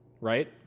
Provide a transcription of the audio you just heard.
right